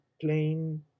plain